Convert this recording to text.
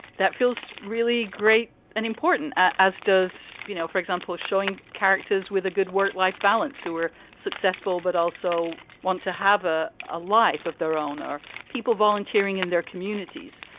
that feels really great and important, as does, you know, for example, showing characters with a good work life balance who were successful but also want to have a ah life of their own or people volunteering in their communities.